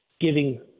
giving